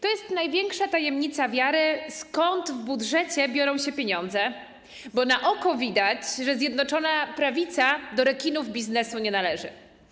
To jest największa tajemnica wiary, skąd w budżecie biorą się pieniądze, bo na oko widać, że Zjednoczona Prawica do rekinów biznesu nie należy.